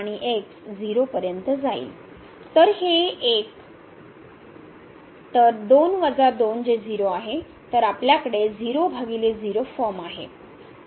तर हे 1 तर 2 2 जे 0 आहे तर आपल्याकडे 00 फॉर्म आहे